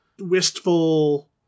wistful